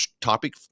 topic